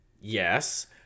yes